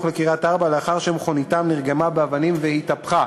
לקריית-ארבע לאחר שמכוניתם נרגמה באבנים והתהפכה,